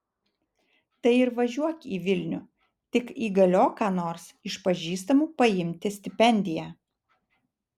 tai ir važiuok į vilnių tik įgaliok ką nors iš pažįstamų paimti stipendiją